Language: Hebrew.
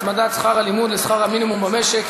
הצמדת שכר הלימוד לשכר המינימום במשק),